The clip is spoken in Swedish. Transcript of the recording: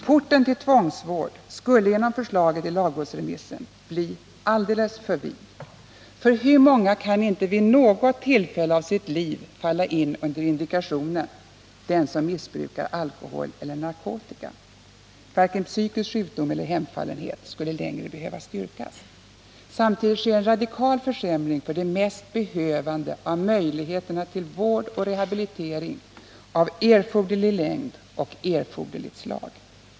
Porten till tvångsvård skulle genom förslaget i lagrådsremissen bli alldeles för vid — för hur många kan inte vid något tillfälle av sitt liv falla in under indikationen ”den som missbrukar alkohol eller narkotika”? Varken psykisk sjukdom eller hemfallenhet skulle längre behöva styrkas. Samtidigt sker en radikal försämring för de mest behövande av möjligheterna till vård och rehabilitering av erforderlig längd och erforderligt slag.